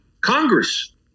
Congress